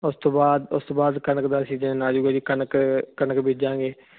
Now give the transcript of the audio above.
ਉਸ ਤੋਂ ਬਾਅਦ ਉਸ ਤੋਂ ਬਾਅਦ ਕਣਕ ਦਾ ਸੀ ਕਣਕ ਕਣਕ ਬੀਜਾਂਗੇ